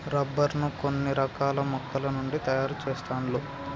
rubber ను కొన్ని రకాల మొక్కల నుండి తాయారు చెస్తాండ్లు